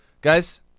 guys